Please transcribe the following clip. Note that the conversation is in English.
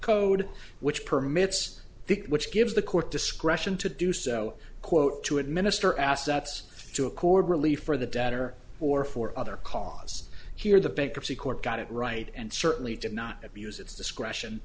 code which permits it which gives the court discretion to do so quote to administer assets to accord relief for the debtor or for other cause here the bankruptcy court got it right and certainly did not abuse its discretion